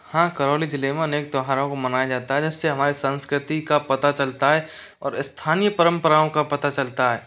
हाँ करौली ज़िले में अनेक त्यौहारों को मनाया जाता है जिससे हमारे सांस्कृति का पता चलता है और स्थानीय परंपराओं का पता चलता है